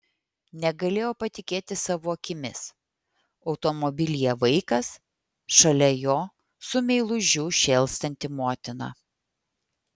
negalėjo patikėti savo akimis automobilyje vaikas šalia jo su meilužiu šėlstanti motina